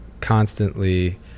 constantly